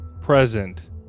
present